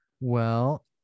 Well-